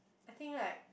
I think like